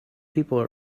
people